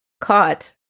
caught